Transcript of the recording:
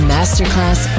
Masterclass